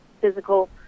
physical